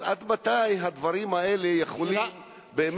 אז עד מתי הדברים יכולים באמת,